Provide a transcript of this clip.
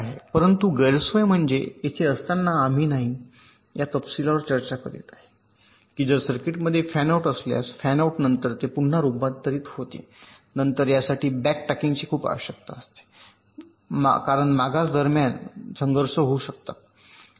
परंतु गैरसोय म्हणजे येथे असताना आम्ही नाही या तपशीलांवर चर्चा करीत आहे की जर सर्किटमध्ये फॅन आउट असल्यास आणि फॅन आउटनंतर ते पुन्हा रूपांतरित होते नंतर यासाठी बॅक ट्रॅकिंगची खूप आवश्यकता असू शकते कारण मागास दरम्यान संघर्ष होऊ शकतात ट्रेस